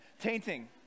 tainting